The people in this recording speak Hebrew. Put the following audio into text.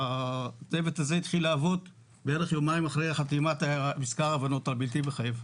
הצוות הזה התחיל לעבוד כיומיים אחרי החתימה על מזכר ההבנות הבלתי מחייב.